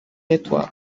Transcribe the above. network